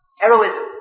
Heroism